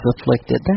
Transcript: afflicted